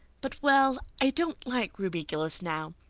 but, well, i don't like ruby gillis now.